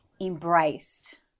embraced